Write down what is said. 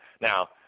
Now